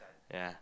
ya